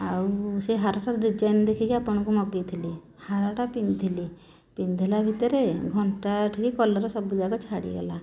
ଆଉ ସେ ହାରଟାର ଡିଜାଇନ ଦେଖିକି ଆପଣଙ୍କୁ ମଗାଇଥିଲି ହାରଟା ପିନ୍ଧିଲି ପିନ୍ଧିଲା ଭିତରେ ଘଣ୍ଟାଠି କଲର୍ ସବୁ ଯାକ ଛାଡ଼ିଗଲା